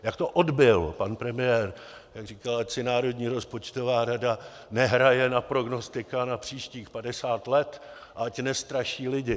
Jak to odbyl pan premiér, jak říkal, ať si Národní rozpočtová rada nehraje na prognostika na příštích 50 let, ať nestraší lidi.